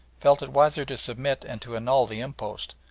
felt it wiser to submit and to annul the impost,